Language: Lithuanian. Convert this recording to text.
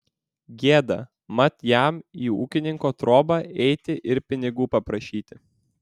gėda mat jam į ūkininko trobą įeiti ir pinigų paprašyti